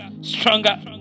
stronger